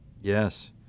Yes